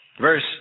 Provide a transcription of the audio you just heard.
verse